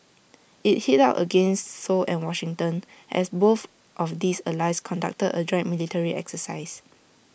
IT hit out against Seoul and Washington as both of these allies conductor A joint military exercise